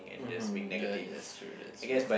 mmhmm ya that's true that's true